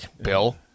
Bill